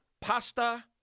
pasta